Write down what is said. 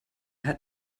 had